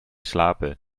slapen